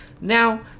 Now